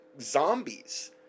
zombies